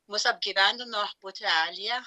mus apgyvendino butelyje